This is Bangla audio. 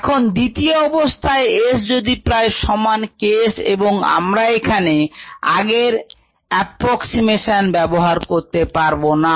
এখন দ্বিতীয় অবস্থায় s যদি প্রায় সমান K s এবং আমরা এখানে আগের অ্যাপ্রক্সিমেশন ব্যবহার করতে পারব না